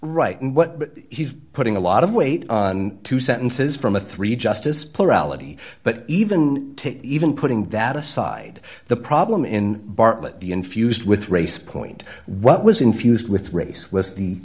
right and what he's putting a lot of weight on two sentences from a three justice plurality but even even putting that aside the problem in bartlett the infused with race point what was infused with race was the